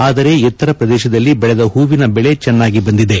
ಆದರೆ ಎತ್ತರ ಪ್ರದೇಶದಲ್ಲಿ ಬೆಳೆದ ಹೂವಿನ ಬೆಳೆ ಚೆನ್ನಾಗಿ ಬಂದಿದೆ